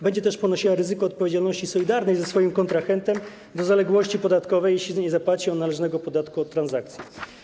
Będzie też ponosiła ryzyko odpowiedzialności solidarnej ze swoim kontrahentem za zaległość podatkową, jeśli nie zapłaci on należnego podatku od transakcji.